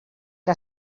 que